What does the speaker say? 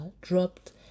dropped